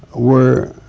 were